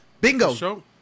Bingo